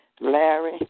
Larry